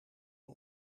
hem